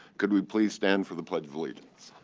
could we please stand for the pledge of allegiance.